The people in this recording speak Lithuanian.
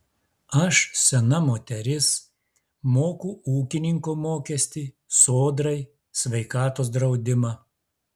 aš sena moteris moku ūkininko mokestį sodrai sveikatos draudimą